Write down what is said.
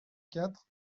quatre